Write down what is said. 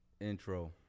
intro